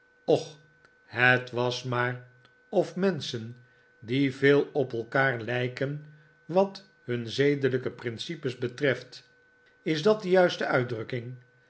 och het was maar of menschen die veel op elkaar lijken wat hun zedelijke principes betreft is dat de juiste uitdrukking